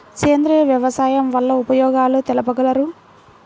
సేంద్రియ వ్యవసాయం వల్ల ఉపయోగాలు తెలుపగలరు?